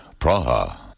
Praha